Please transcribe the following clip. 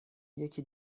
یکی